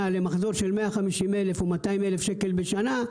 למחזור של 150,000 או 200,0000 בשנה,